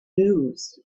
news